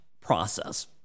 process